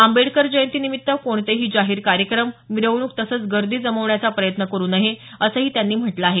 आंबेडकर जयंतीनिमित्त कोणतेही जाहीर कार्यक्रम मिरवणूक तसंच गर्दी जमवण्याचा प्रयत्न करू नये असंही त्यांनी म्हटलं आहे